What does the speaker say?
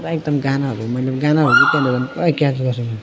पुरा एकदम गानाहरू मैले गानाहरू गीत गाउँदा पुरा क्याच गर्छु म